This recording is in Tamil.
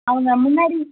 அவங்க முன்னாடி